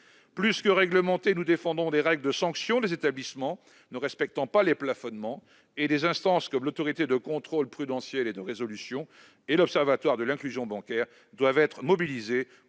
telle réglementation, nous défendons la mise en place de sanctions pour les établissements ne respectant pas les plafonnements. Des instances comme l'Autorité de contrôle prudentiel et de résolution et l'Observatoire de l'inclusion bancaire doivent être mobilisées pour